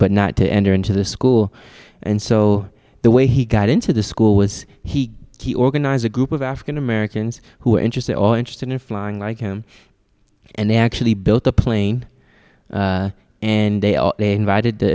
but not to enter into the school and so the way he got into the school was he he organized a group of african americans who were interested or interested in flying like him and they actually built the plane and they are they invited the